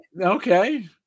Okay